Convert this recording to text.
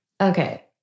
Okay